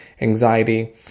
anxiety